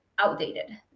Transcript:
outdated